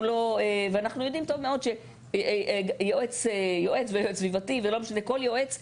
ואנחנו יודעים טוב מאוד שיועץ סביבתי או כל יועץ אחר,